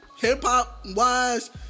hip-hop-wise